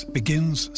begins